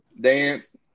Dance